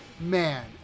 man